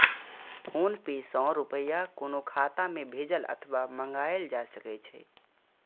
PhonePe सं रुपया कोनो खाता मे भेजल अथवा मंगाएल जा सकै छै